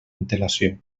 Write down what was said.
antelació